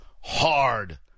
hard